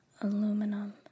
Aluminum